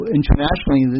internationally